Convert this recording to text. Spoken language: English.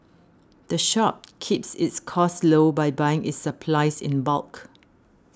the shop keeps its costs low by buying its supplies in bulk